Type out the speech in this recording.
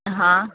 હા